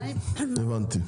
טוב, הבנתי.